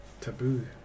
Taboo